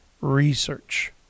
research